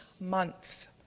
month